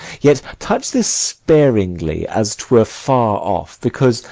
yet touch this sparingly, as twere far off because,